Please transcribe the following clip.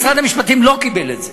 משרד המשפטים לא קיבל את זה,